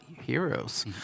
heroes